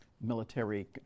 military